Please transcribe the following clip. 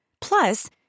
Plus